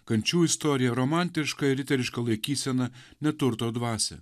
kančių istorija romantišką ir riterišką laikysena neturto dvasią